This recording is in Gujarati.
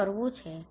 શું કરવું છે